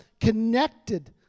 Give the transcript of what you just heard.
connected